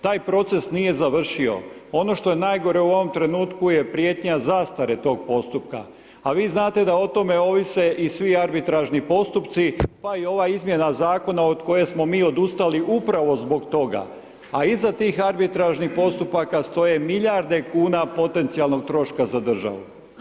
Taj proces nije završio, ono što je najgore u ovom trenutku je prijetnja zastare tog postupka, a vi znate da o tome ovise i svi arbitražni postupci, pa i ova izmjena zakona od koje smo mi odustali upravo zbog toga, a iza tih arbitražnih postupaka stoje milijarde kuna potencijalnog troška za državu.